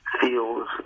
feels